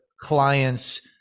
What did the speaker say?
clients